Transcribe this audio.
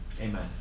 Amen